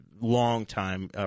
longtime